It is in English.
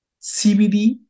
CBD